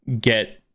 get